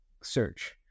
search